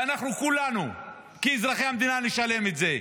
ואנחנו כולנו כאזרחי המדינה נשלם את זה.